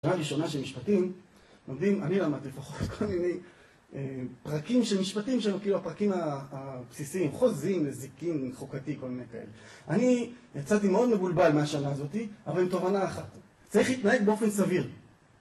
שנה ראשונה של משפטים, אני למדתי לפחות, כל מיני פרקים של משפטים שם, כאילו הפרקים הבסיסיים, חוזים, זיקים, חוקתי, כל מיני כאלה. אני יצאתי מאוד מבולבל מהשנה הזאת, אבל עם תובנה אחת. צריך להתנהג באופן סביר.